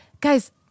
guys